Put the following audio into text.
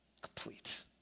complete